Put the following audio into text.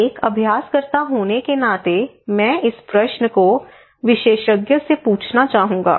एक अभ्यासकर्ता होने के नाते मैं इस प्रश्न को विशेषज्ञ से पूछना चाहूंगा